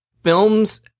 Films